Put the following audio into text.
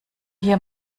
hier